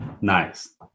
Nice